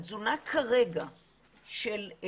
התזונה כרגע של..